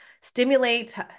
stimulate